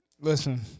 listen